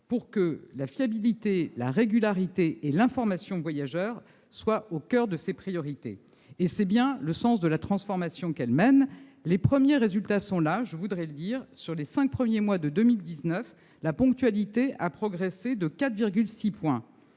pour que la fiabilité, la régularité et l'information aux voyageurs soient au coeur de ses priorités. C'est bien le sens de la transformation qu'elle mène. Les premiers résultats sont là : sur les cinq premiers mois de 2019, la ponctualité a progressé de 4,6 points.